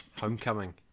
Homecoming